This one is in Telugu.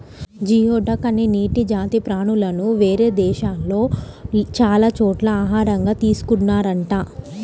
జియోడక్ అనే నీటి జాతి ప్రాణులను వేరే దేశాల్లో చాలా చోట్ల ఆహారంగా తీసుకున్తున్నారంట